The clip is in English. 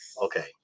Okay